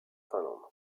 finlande